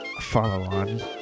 Follow-on